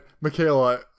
Michaela